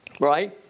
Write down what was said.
right